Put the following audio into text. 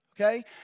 okay